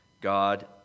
God